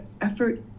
effort